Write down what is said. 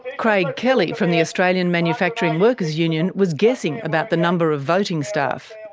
craig kelly from the australian manufacturing workers union was guessing about the number of voting staff.